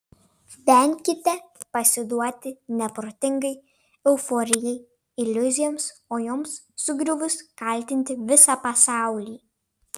venkite pasiduoti neprotingai euforijai iliuzijoms o joms sugriuvus kaltinti visą pasaulį